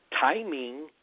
Timing